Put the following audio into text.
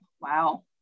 Wow